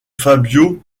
fabio